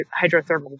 hydrothermal